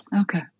Okay